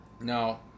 Now